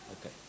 Okay